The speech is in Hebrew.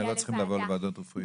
הם לא צריכים לבוא לוועדות רפואיות.